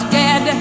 dead